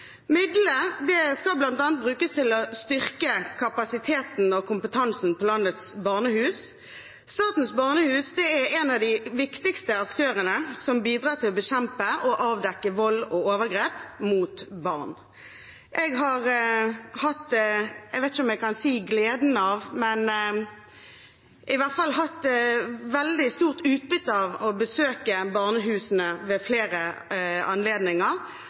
Midlene skal bl.a. brukes til å styrke kapasiteten og kompetansen på landets barnehus. Statens barnehus er en av de viktigste aktørene som bidrar til å bekjempe og avdekke vold og overgrep mot barn. Jeg vet ikke om jeg kan si jeg har hatt gleden av, men jeg har i hvert fall hatt veldig stort utbytte av å besøke barnehusene ved flere anledninger,